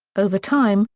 over time,